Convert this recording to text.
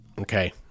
Okay